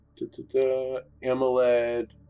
AMOLED